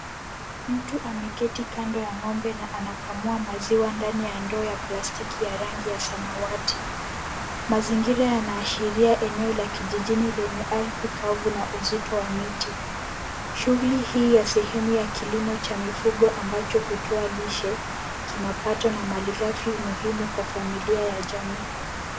Mtu ameketi kando ya ng'ombe na anakamua maziwa ndani ya ndoo ya plastiki ya rangi ya samawati . Mazingira yanaashiria eneo la kijijini lenye ardhi kavu na uzito wa miti. Shughuli hii ya sehemu ya kilimo Cha mifugo ambacho hutoa lishe, kimapato na malighafi muhimu kwa familia ya jamii.